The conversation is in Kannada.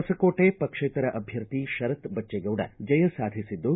ಹೊಸಕೋಟೆ ಪಕ್ಷೇತರ ಅಭ್ಯರ್ಥಿ ಶರತ್ ಬಜ್ಜೇಗೌಡ ಜಯ ಸಾಧಿಸಿದ್ದು